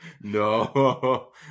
No